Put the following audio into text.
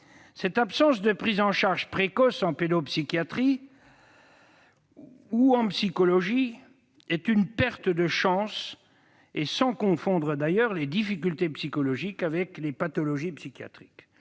Cette absence de prise en charge précoce en pédopsychiatrie ou en psychologie est une perte de chance. Il ne faut toutefois pas confondre les difficultés psychologiques avec les pathologies psychiatriques.